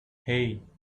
hey